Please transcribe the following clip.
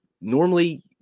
normally